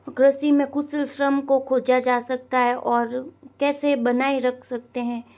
कृषि में कुछ श्रम को खोजा जा सकता है और कैसे बनाए रख सकते हैं